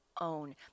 own